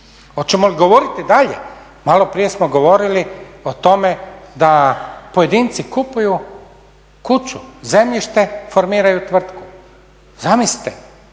Hoćemo govoriti dalje, malo prije smo govorili o tome da pojedinci kupuju kuću, zemljište i formiraju tvrtku. Zamislite